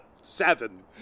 Seven